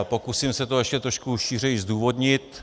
Pokusím se to ještě trošku šířeji zdůvodnit.